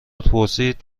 پرسید